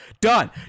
done